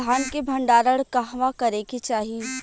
धान के भण्डारण कहवा करे के चाही?